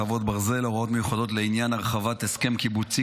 חרבות ברזל) (הוראות מיוחדות לעניין הרחבת הסכם קיבוצי